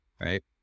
right